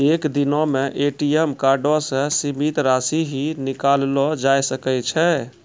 एक दिनो मे ए.टी.एम कार्डो से सीमित राशि ही निकाललो जाय सकै छै